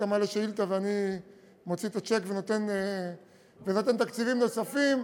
אתה מעלה שאילתה ואני מוציא את הצ'ק ונותן תקציבים נוספים.